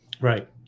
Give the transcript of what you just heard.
right